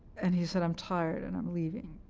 and he said, i'm tired, and i'm leaving.